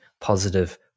positive